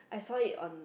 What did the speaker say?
I saw it on